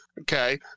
okay